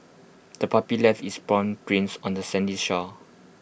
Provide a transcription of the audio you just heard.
the puppy left its paw prints on the sandy shore